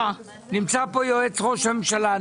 אין הצעה לסדר בשעות כאלה.